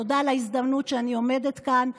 תודה על ההזדמנות שבה אני עומדת כאן.